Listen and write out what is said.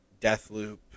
Deathloop